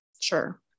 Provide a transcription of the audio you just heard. Sure